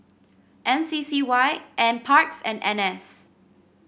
M C C Y NParks and N S